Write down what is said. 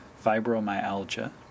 Fibromyalgia